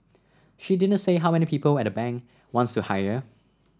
she didn't say how many people and the bank wants to hire